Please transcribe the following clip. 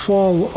Fall